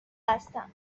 هستم